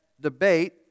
debate